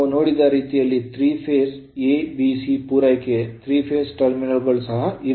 ನಾವು ನೋಡಿದ ರೀತಿಯಲ್ಲಿ 3 phase A B C ಪೂರೈಕೆ 3 ಫೇಸ್ ಟರ್ಮಿನಲ್ ಗಳು ಸಹ ಇವೆ